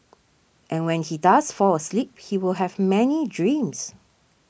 and when he does fall asleep he will have many dreams